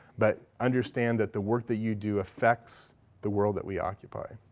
but understand that the work that you do affects the world that we occupy.